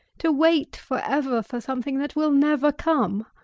to wait for ever for something that will never come!